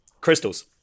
crystals